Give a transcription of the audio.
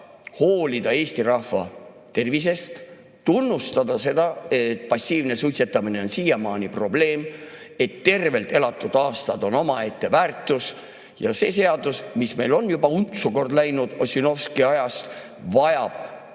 hoolida Eesti rahva tervisest, tunnustada seda, et passiivne suitsetamine on siiamaani probleem, et tervelt elatud aastad on omaette väärtus ja see seadus, mis meil kord on juba untsu läinud Ossinovski ajast, vajab